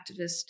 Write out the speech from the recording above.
activist